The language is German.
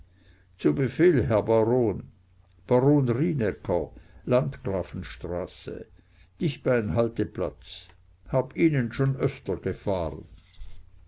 zu befehl herr baron baron rienäcker landgrafenstraße dicht bei n halteplatz hab ihnen schon öfter gefahren